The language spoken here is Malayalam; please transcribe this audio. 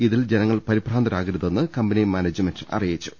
ഇതിൽ ജനങ്ങൾ പരിഭ്രാന്തരാകരുതെന്ന് കമ്പനി മാനേജ്മെന്റ് അറിയിച്ചു